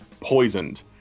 poisoned